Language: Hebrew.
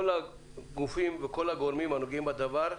כל הגופים וכל הגורמים הנוגעים בדבר,